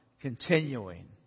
continuing